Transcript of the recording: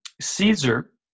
Caesar